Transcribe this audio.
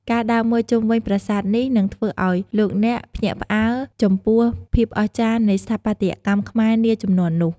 ការដើរមើលជុំវិញប្រាសាទនេះនឹងធ្វើឱ្យលោកអ្នកភ្ញាក់ផ្អើលចំពោះភាពអស្ចារ្យនៃស្ថាបត្យកម្មខ្មែរនាជំនាន់នោះ។